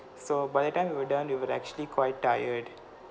so by the time we were done we were actually quite tired